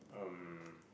um